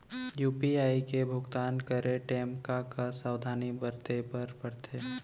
UPI ले भुगतान करे टेम का का सावधानी बरते बर परथे